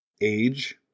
age